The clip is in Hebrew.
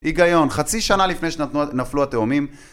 היגיון. חצי שנה לפני שנפלו התאומים